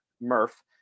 Murph